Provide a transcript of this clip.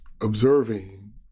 observing